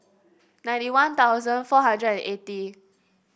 ninety One Thousand four hundred and eighty